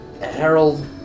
Harold